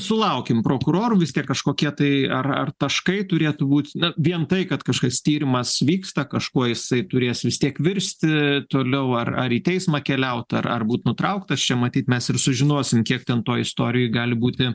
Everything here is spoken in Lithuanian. sulaukim prokurorų vis tiek kažkokie tai ar ar taškai turėtų būt na vien tai kad kažkas tyrimas vyksta kažkuo jisai turės vis tiek virsti toliau ar ar į teismą keliaut ar ar būt nutrauktas čia matyt mes ir sužinosim kiek ten toj istorijoj gali būti